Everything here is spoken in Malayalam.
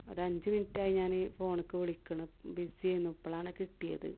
ഒരു അഞ്ച് മിനിറ്റ് ആയി ഞാൻ ഈ ഫോണിലേക്ക് വിളിക്കുന്ന് ബിസി ആയിരുന്നു ഇപ്പോൾ ആണ് കിട്ടിയത്